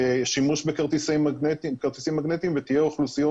לשימוש בכרטיסים מגנטיים ותהיינה אוכלוסיות